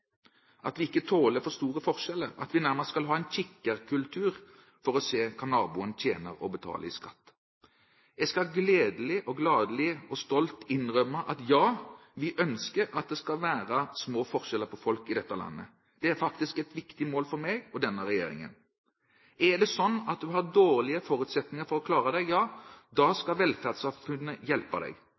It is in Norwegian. at vi ikke tåler for store forskjeller, at vi nærmest skal ha en kikkerkultur for å se hva naboen tjener og betaler i skatt. Jeg skal gladelig og stolt innrømme at ja, vi ønsker at det skal være små forskjeller på folk i dette landet. Det er faktisk et viktig mål for meg og denne regjeringen. Er det slik at du har dårlige forutsetninger for å klare deg, skal velferdssamfunnet hjelpe deg.